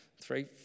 Three